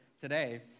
today